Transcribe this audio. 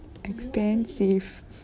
expansive